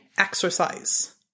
exercise